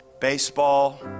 baseball